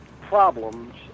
problems